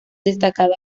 destacado